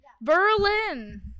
Berlin